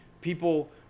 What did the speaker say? people